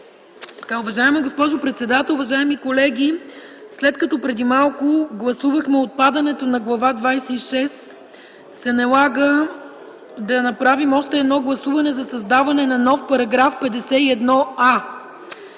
Уважаема госпожо председател, уважаеми колеги! След като преди малко гласувахме отпадането на Глава двадесет и шеста се налага да направим още едно гласуване за създаване на нов § 51а